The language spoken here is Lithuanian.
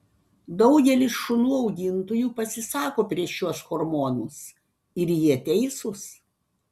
daugelis šunų augintojų pasisako prieš šiuos hormonus ir jie teisūs